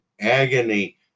agony